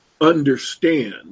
understand